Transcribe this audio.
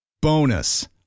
Bonus